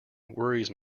worries